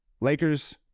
Lakers